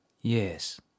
Yes